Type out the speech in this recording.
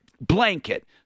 blanket